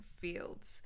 fields